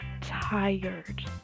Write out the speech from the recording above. tired